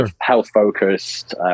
health-focused